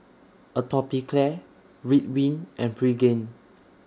Atopiclair Ridwind and Pregain